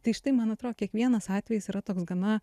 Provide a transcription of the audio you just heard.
tai štai man atrodo kiekvienas atvejis yra toks gana